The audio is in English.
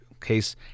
case